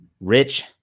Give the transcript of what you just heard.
rich